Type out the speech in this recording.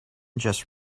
just